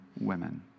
women